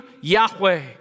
Yahweh